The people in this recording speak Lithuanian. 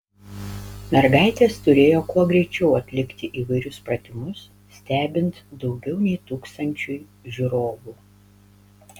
mergaitės turėjo kuo greičiau atlikti įvairius pratimus stebint daugiau nei tūkstančiui žiūrovų